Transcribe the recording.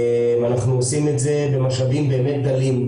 אנחנו עושים את זה במשאבים באמת דלים,